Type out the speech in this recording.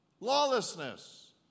Lawlessness